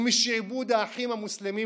ומשעבוד האחים המוסלמים,